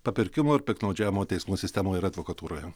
papirkimo ir piktnaudžiavimo teismų sistemoje ir advokatūroje